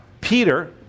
peter